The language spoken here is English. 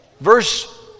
Verse